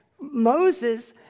Moses